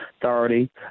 Authority